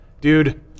Dude